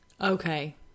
Okay